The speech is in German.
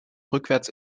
rückwärts